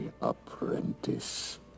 apprentice